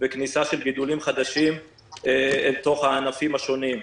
וכניסה של גידולים חדשים אל תוך הענפים השונים.